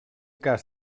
cas